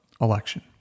election